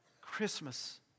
Christmas